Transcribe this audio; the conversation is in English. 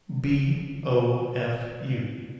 B-O-F-U